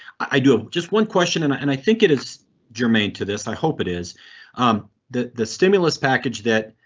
i do ah just one question and i and i think it is germane to this. i hope it is the the stimulus package that.